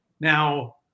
Now